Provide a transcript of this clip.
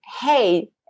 Hey